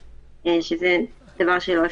העלויות שבהם זה היה סביב 35 שקלים לבדיקה מהירה.